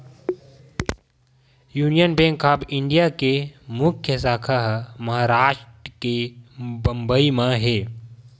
union Bank of India के मुख्य साखा ह महारास्ट के बंबई म हे